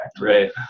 Right